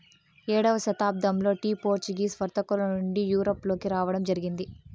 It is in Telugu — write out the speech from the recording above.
ఏడవ శతాబ్దంలో టీ పోర్చుగీసు వర్తకుల నుండి యూరప్ లోకి రావడం జరిగింది